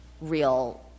real